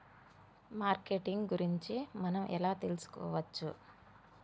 Marketing గురించి మనం ఎలా తెలుసుకోవచ్చు?